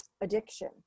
addiction